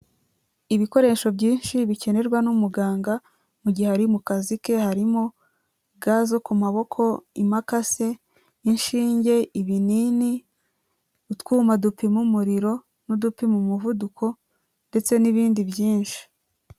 Ibikoresho byinshi bikenerwa n'umuganga mu gihe ari mu kazi ke harimo: ga zo ku maboko, imakase, inshinge, ibinini, utwuma dupima umuriro n'udupima umuvuduko ndetse n'ibindi byinshi.